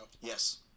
Yes